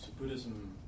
Buddhism